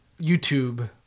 YouTube